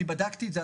אני בדקתי את זה,